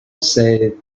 say